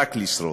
ורק לשרוד.